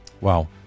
Wow